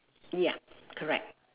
ya correct